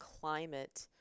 climate